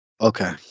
Okay